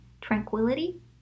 tranquility